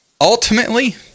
ultimately